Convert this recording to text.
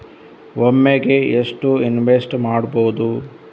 ಒಮ್ಮೆಗೆ ಎಷ್ಟು ಇನ್ವೆಸ್ಟ್ ಮಾಡ್ಬೊದು?